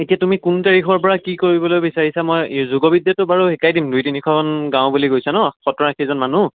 এতিয়া তুমি কোন তাৰিখৰ পৰা কি কৰিবলৈ বিচাৰিছা মই যোগ বিদ্যাটো বাৰু শিকাই দিম দুই তিনিখন গাঁও বুলি কৈছা নহ্ সত্তৰ আশীজন মানুহ